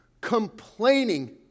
complaining